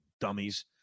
dummies